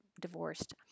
divorced